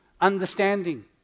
understanding